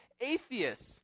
atheists